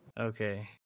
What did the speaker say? Okay